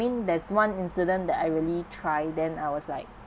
mean that's one incident that I really try then I was like